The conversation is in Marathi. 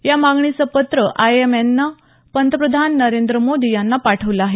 या मागणीचं पत्र आयएमएनं पंतप्रधान नरेंद्र मोदी यांना पाठवलं आहे